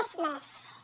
Christmas